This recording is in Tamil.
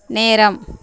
நேரம்